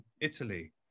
Italy